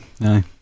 Aye